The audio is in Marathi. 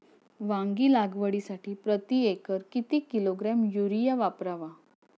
वांगी लागवडीसाठी प्रती एकर किती किलोग्रॅम युरिया वापरावा?